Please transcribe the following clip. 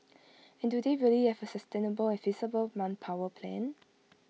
and do they really have A sustainable and feasible manpower plan